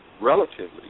relatively